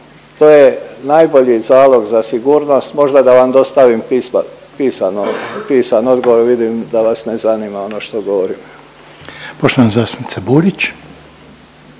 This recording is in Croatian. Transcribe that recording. to je najbolji zalog za sigurnost, možda da vam dostavim pisan odgovor, vidim da vas ne zanima ono što govorim. **Reiner,